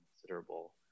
considerable